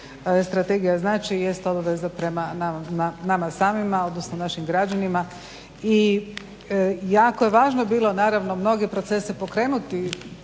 strategija jest obaveza prema nama samima odnosno našim građanima i jako je važno bilo naravno mnoge procese pokrenuti